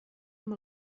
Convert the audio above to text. amb